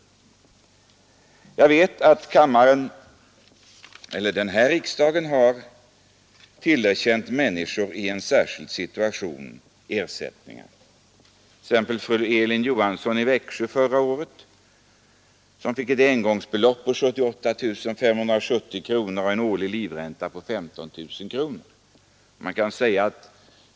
Jag vet att denna riksdag har tillerkänt människor i en särskild situation ersättningar, t.ex. fru Elin Johansson i Växjö som förra året fick ett engångsbelopp på 78 570 kronor och en årlig livränta på 15 000 kronor.